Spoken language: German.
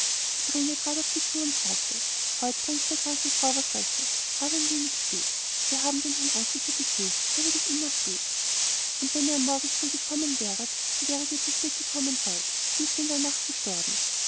die trine trat auf sie zu und sagte heute bring ich der kranken frau was rechtes aber ein wenig spät wir haben den herrn onkel zum besuch da wird es immer spät und wenn ihr auch am morgen früh gekommen wäret so wäret ihr zu spät gekommen heut sie ist in der nacht gestorben